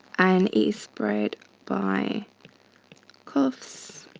and is spread by coughs